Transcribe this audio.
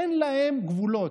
אין להם גבולות.